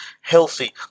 healthy